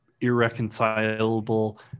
irreconcilable